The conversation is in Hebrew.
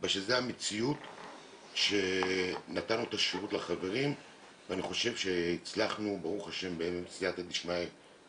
בכל בירור של פניה אנחנו נפנה לגורמים המקצועיים שאליו